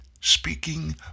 Speaking